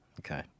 Okay